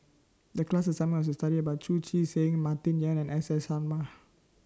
The class assignment was to study about Chu Chee Seng Martin Yan and S S Sarma